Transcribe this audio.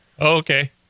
Okay